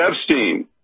Epstein